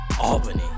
Albany